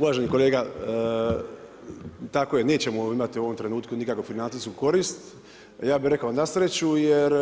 Uvaženi kolega, tako je nećemo imati u ovom trenutku nikakve financijsku korist, a ja bi rekao, na sreću, jer